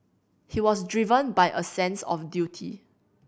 he was driven by a sense a duty